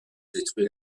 détruit